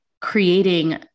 creating